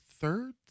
third